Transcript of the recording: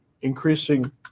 increasing